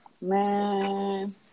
Man